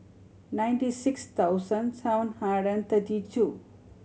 ninety six thousand seven hundred and thirty two